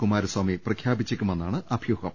കുമാരസ്വാമി പ്രഖ്യാപിച്ചേക്കുമെന്നാണ് അഭ്യൂഹം